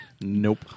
Nope